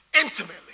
intimately